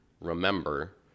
Remember